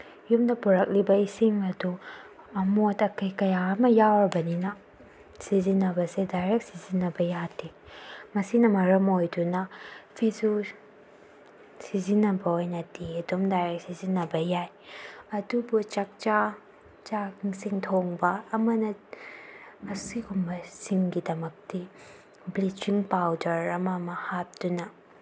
ꯌꯨꯝꯗ ꯄꯨꯔꯛꯂꯤꯕ ꯏꯁꯤꯡ ꯑꯗꯨ ꯑꯃꯣꯠ ꯑꯀꯥꯏ ꯀꯌꯥ ꯑꯃ ꯌꯥꯎꯔꯕꯅꯤꯅ ꯁꯤꯖꯤꯟꯅꯕꯁꯦ ꯗꯥꯏꯔꯦꯛ ꯁꯤꯖꯤꯟꯅꯕ ꯌꯥꯗꯦ ꯃꯁꯤꯅ ꯃꯔꯝ ꯑꯣꯏꯗꯨꯅ ꯐꯤꯁꯨ ꯁꯤꯖꯤꯟꯅꯕ ꯑꯣꯏꯅꯗꯤ ꯑꯗꯨꯝ ꯗꯥꯏꯔꯦꯛ ꯁꯤꯖꯤꯟꯅꯕ ꯌꯥꯏ ꯑꯗꯨꯕꯨ ꯆꯥꯛꯆꯥ ꯆꯥꯛ ꯏꯁꯤꯡ ꯊꯣꯡꯕ ꯑꯃꯅ ꯑꯁꯤꯒꯨꯝꯕꯁꯤꯡꯒꯤꯗꯃꯛꯇꯤ ꯕ꯭ꯂꯤꯆꯤꯡ ꯄꯥꯎꯗꯔ ꯑꯃꯃ ꯍꯥꯞꯇꯨꯅ